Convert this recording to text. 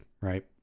Right